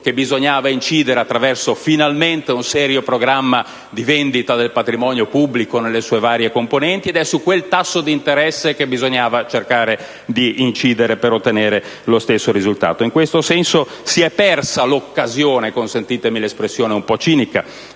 che bisognava incidere attraverso, finalmente, un serio programma di vendita del patrimonio pubblico nelle sue varie componenti, ed è sul quel tasso di interesse che bisognava cercare di incidere per ottenere lo stesso risultato. In questo senso, si è persa l'occasione, consentitemi l'espressione un po' cinica,